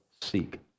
seek